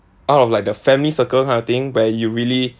out of like the family circle kind of thing where you really